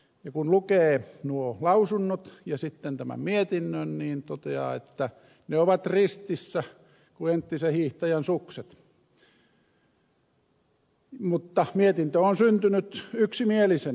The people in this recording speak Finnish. ja kun lukee nuo lausunnot ja sitten tämän mietinnön niin voi todeta että ne ovat ristissä kuin entisen hiihtäjän sukset mutta mietintö on syntynyt yksimielisenä